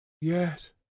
yes